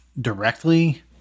directly